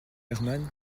herman